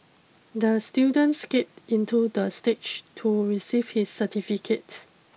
the student skate into the stage to receive his certificate